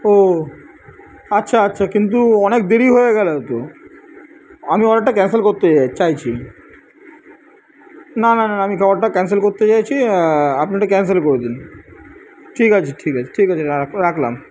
ও আচ্ছা আচ্ছা কিন্তু অনেক দেরি হয়ে গেল তো আমি অর্ডারটা ক্যান্সেল চাই চাইছি না না না না আমি অর্ডারটা ক্যান্সেল করতে চাইছি আপনি ওটা ক্যান্সেল করে দিন ঠিক আছে ঠিক আছে ঠিক আছে রাক রাকলাম